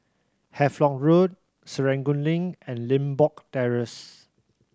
Havelock Road Serangoon Link and Limbok Terrace